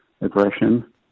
aggression